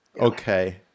okay